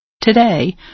Today